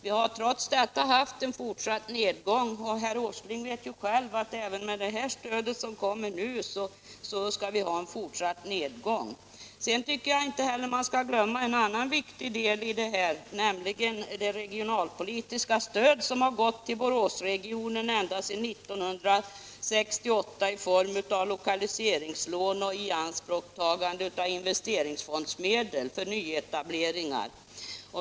Vi har trots detta haft en fortsatt nedgång, och herr Åsling vet själv att nedgången även med det stöd Nr 138 som ges nu kommer att fortsätta. Onsdagen den Sedan tycker jag inte att man skall glömma en annan viktig del i 25 maj 1977 detta, nämligen det regionalpolitiska stöd som har gått till Boråsregionen ända sedan 1968 i form av lokaliseringslån och ianspråktagande av in — Åtgärder för textilvesteringsfondsmedel för nyetableringar.